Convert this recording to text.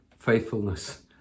faithfulness